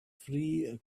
free